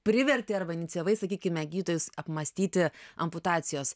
privertė arba inicijavai sakykime gydytojus apmąstyti amputacijos